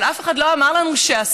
אבל אף אחד לא אמר לנו שאסור,